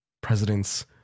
presidents